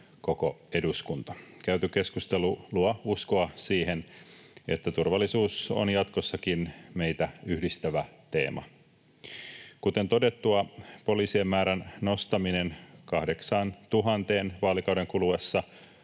koko eduskunta. Käyty keskustelu luo uskoa siihen, että turvallisuus on jatkossakin meitä yhdistävä teema. Kuten todettua, poliisien määrän nostaminen 8 000:een vaalikauden kuluessa